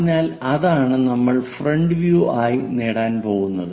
അതിനാൽ അതാണ് നമ്മൾ ഫ്രണ്ട് വ്യൂ ആയി നേടാൻ പോകുന്നത്